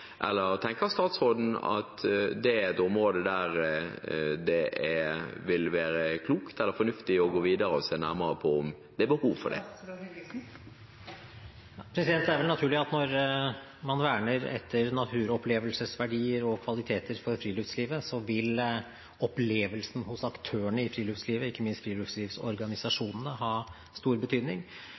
eller tenker statsråden at det er et område det vil være klokt eller fornuftig å se nærmere på om det er behov for det? Det er vel naturlig at når man verner etter naturopplevelsesverdier og kvaliteter for friluftslivet, så vil opplevelsen hos aktørene i friluftslivet, ikke minst friluftslivorganisasjonene, ha stor betydning,